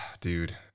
Dude